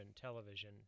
television